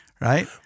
right